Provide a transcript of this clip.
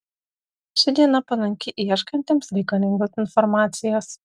ši diena palanki ieškantiems reikalingos informacijos